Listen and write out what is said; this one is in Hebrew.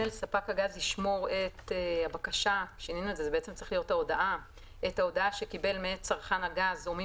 (ג)ספק הגז ישמור את ההודעה שקיבל מאת צרכן הגז או מי